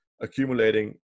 accumulating